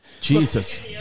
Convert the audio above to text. Jesus